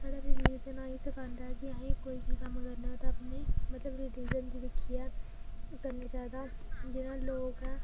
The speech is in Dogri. साढ़ा रिलिजन असें ई सखांदा ऐ कि असें कोई बी कम्म करना ते अपने मतलब रिलिजन गी दिक्खियै करना चाहिदा जि'यां लोक ऐ